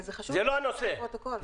זה חשוב להגיד לפרוטוקול.